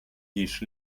dish